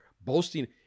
boasting